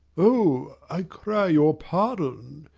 o, i cry your pardon.